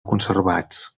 conservats